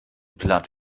platt